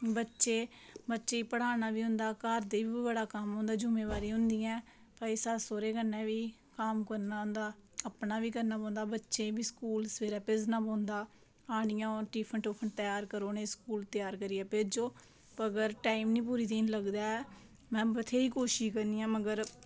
बच्चे बच्चे गी पढ़ाना बी होंदा घर दे बड़े कम्म होंदा जिम्मेवारियां होंदियां भई सस्स सौह्रे कन्नै बी कम्म करना होंदा अपना बी करना पौंदा बच्चे गी बी स्कूल सबेल्ला भेजना पौंदा आह्नियै टिफिन त्यार करो ते उ'नेंगी हून स्कूल त्यार करियै भेजो ते ओह् टैम निं पूरे दिन लगदा ऐ में बथ्हेरी कोशिश करनी आं मगर